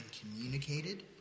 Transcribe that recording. communicated